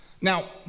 Now